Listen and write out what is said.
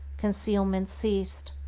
concealment ceased,